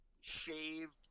shaved